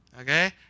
okay